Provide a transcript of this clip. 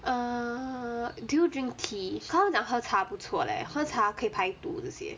err go drink tea 他们讲喝茶不错 leh 喝茶可以排毒这些